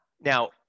Now